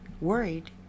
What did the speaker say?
worried